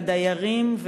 לדיירים,